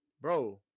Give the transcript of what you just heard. bro